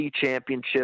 championship